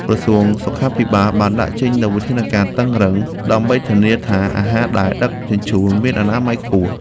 ក្រសួងសុខាភិបាលបានដាក់ចេញនូវវិធានការតឹងរ៉ឹងដើម្បីធានាថាអាហារដែលដឹកជញ្ជូនមានអនាម័យខ្ពស់។